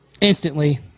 instantly